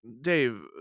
dave